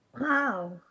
Wow